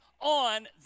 on